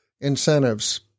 incentives